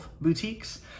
boutiques